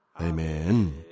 Amen